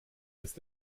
ist